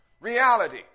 Reality